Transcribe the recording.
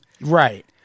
Right